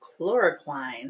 chloroquine